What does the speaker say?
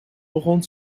begon